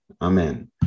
Amen